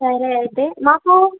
సరే అయితే మాకు